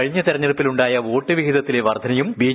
കഴിഞ്ഞ തിരഞ്ഞെടുപ്പിൽ ഉണ്ടായ വോട്ട് വിഹിതത്തിലെ വർധനയും ബി